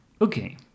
Okay